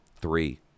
three